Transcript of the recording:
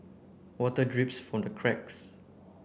water drips from the cracks